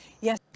Yes